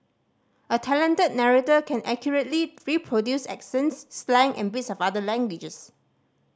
a talented narrator can accurately reproduce accents slang and bits of other languages